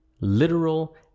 literal